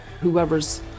whoever's